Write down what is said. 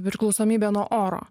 priklausomybė nuo oro